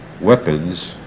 weapons